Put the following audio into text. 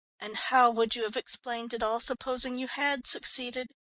and how would you have explained it all, supposing you had succeeded?